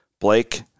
Blake